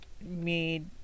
made